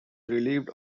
relieved